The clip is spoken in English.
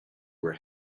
were